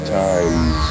times